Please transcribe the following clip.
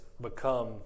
become